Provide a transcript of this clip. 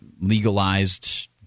legalized